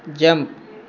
jump